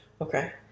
okay